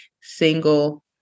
single